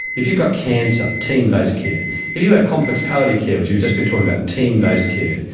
if you've got cancer, team-based care. if you have complex palliative care, which you've just been talking about, team-based care.